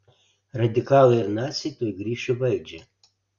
radikalai ir naciai tuoj grįš į valdžią